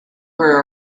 grew